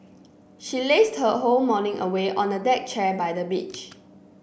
she lazed her whole morning away on a deck chair by the beach